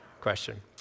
question